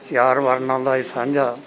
ਚਾਰ ਵਰਨਾਂ ਦਾ ਇਹ ਸਾਂਝਾ